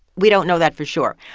we don't know that for sure.